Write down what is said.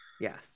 Yes